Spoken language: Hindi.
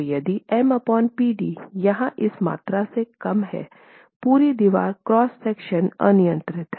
तो यदि M Pd यहाँ इस मात्रा से कम है पूरी दीवार क्रॉस सेक्शन अनियत्रित है